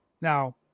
Now